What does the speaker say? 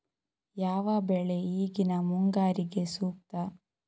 ಯಾವ ಬೆಳೆ ಈಗಿನ ಮುಂಗಾರಿಗೆ ಸೂಕ್ತ?